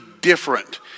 different